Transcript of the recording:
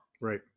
Right